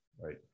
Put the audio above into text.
right